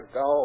go